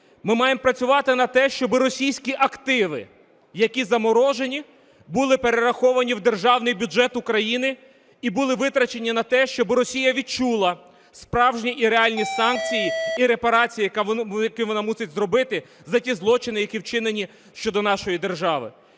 Ми маємо працювати на те, щоб російські активи які заморожені, були перераховані в державний бюджет України і були витрачені на те, щоб Росія відчула справжні і реальні санкції і репарацію, яку вона мусить зробити за ті злочини, які вчинені щодо нашої держави.